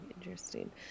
interesting